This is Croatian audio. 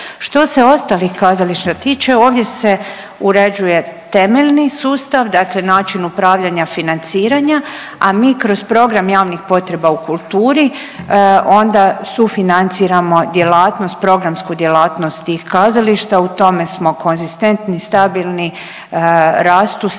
Što se ostalih kazališta tiče ovdje se uređuje temeljni sustav, dakle način upravljanja, financiranja, a mi kroz program javnih potreba u kulturi onda sufinanciramo djelatnost, programsku djelatnost tih kazališta. U tome smo konzistentni, stabilni, rastu